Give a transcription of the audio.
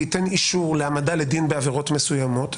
ייתן אישור להעמדה לדין בעבירות מסוימות,